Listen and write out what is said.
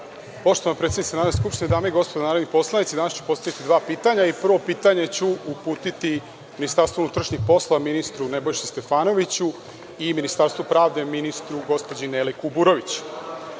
predsednice Narodne skupštine, dame i gospodo narodni poslanici, danas ću postaviti dva pitanja. Prvo pitanje ću uputiti Ministarstvu unutrašnjih poslova ministru Nebojši Stefanoviću i Ministarstvu pravde, ministru gospođi Neli Kuburović.